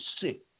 sick